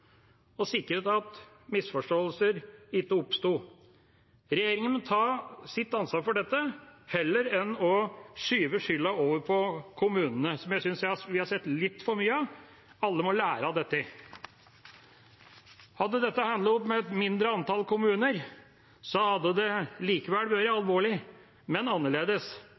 og sikret at misforståelser ikke oppsto. Regjeringa må ta sitt ansvar for dette heller enn å skyve skylden over på kommunene, noe jeg synes vi har sett litt for mye av. Alle må lære av dette. Hadde dette handlet om et mindre antall kommuner, hadde det likevel vært alvorlig, men annerledes.